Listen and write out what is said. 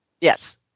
Yes